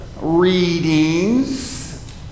readings